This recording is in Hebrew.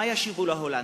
מה ישיבו להולנדים.